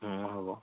অঁ হ'ব